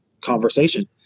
conversation